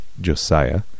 Josiah